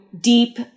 deep